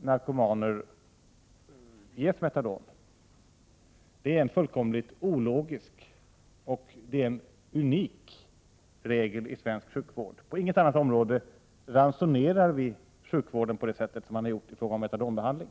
narkomaner ges metadon. Det är en fullkomligt ologisk och unik regel inom svensk sjukvård. På inget annat område ransoneras sjukvården på det sätt som görs i fråga om metadonbe handling.